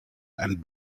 and